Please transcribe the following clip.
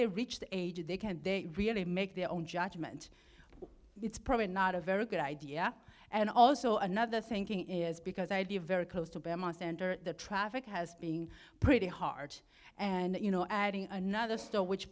they reach the age they can't they really make their own judgment it's probably not a very good idea and also another thinking is because i do a very close to bama center the traffic has being pretty hard and you know adding another store which